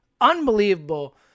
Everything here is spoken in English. unbelievable